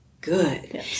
good